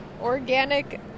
organic